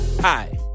Hi